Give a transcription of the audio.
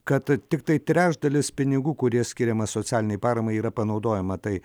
kad tiktai trečdalis pinigų kurie skiriama socialinei paramai yra panaudojama tai